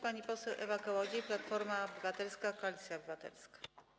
Pani poseł Ewa Kołodziej, Platforma Obywatelska - Koalicja Obywatelska.